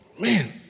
Man